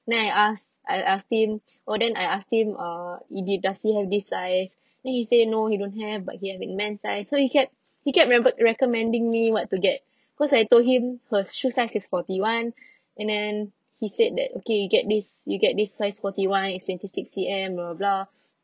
then I asked I'll ask him or then I asked him uh if he does he have this size then he say no he don't have but he have a men's size so he kept he kept remembered recommending me what to get cause I told him her shoe size is forty one and then he said that okay you get this you get this size forty one it's twenty six C_M blah blah blah